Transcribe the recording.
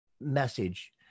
message